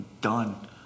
Done